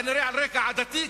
כנראה על רקע עדתי,